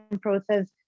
process